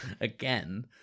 again